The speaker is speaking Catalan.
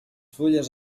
fulles